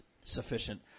sufficient